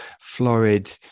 florid